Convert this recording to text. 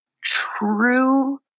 true